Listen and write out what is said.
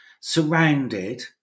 surrounded